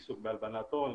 עיסוק בהלבנת הון,